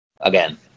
again